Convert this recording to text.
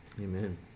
Amen